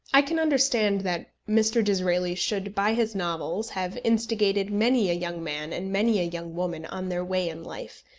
i can understand that mr. disraeli should by his novels have instigated many a young man and many a young woman on their way in life,